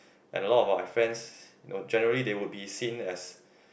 and a lot of my friends you know generally they will be seen as